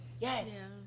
yes